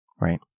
right